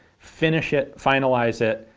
finish it, finalise it.